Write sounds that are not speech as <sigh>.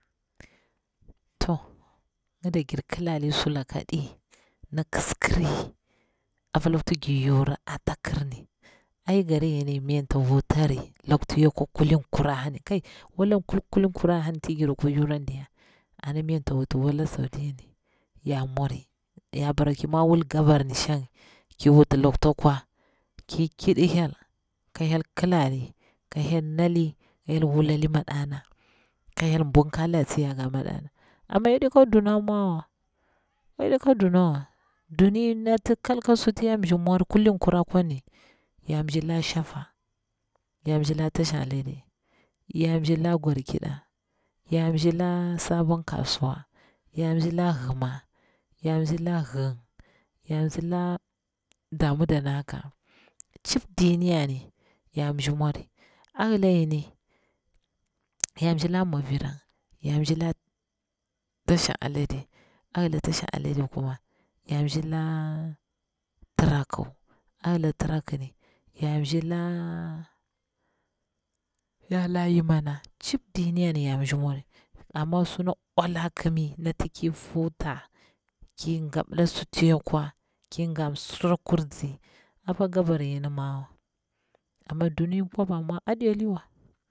To kide gir kilari sulaka ndi na kis kiri apaa laku ta gir yura a ta kir, ai gari yini mi yata wu tari laku nati yakwa kulin kura ni, kai wani ko kulin kurani ti ngir kwa yura ni ana mi yarta wuti wala tsa diya ya mwari, ya bara ku mwa wul gabar ni shang, ki wuti lakuta kwang ki kidi hyel ka hye kilali, ka hyel nali, ka hyel wulali maɗana, ka hyel burkal kyar tsi yar ga maɗana, amma yaɗi ka duna mwawa, yaɗi kaduna wa duri nati kal kal ya mshi mwani ya mshi la shaffa, ya mshi laa tasha alede, ya mshi la garkida, ya mshi laa sabon kasuwa, yamshi la hima, ya mshi la hing, ya mshi la na bamu da naka chip dina ngini yar ni ya pshi mwari, a hila yini ya mshi la mwarira, tasha alade a hila tasha alade kuma ya mshir la tiraku, a hila tiraku mi yola yimona chip diyar ngini, ya mshir mwari, amma su ular a kimi, ki huta ki ga bila ki huta apa gabar gimi mawa. <unintelligible>